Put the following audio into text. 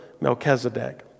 Melchizedek